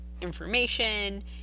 information